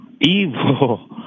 Evil